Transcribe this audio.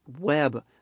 web